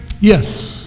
yes